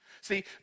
See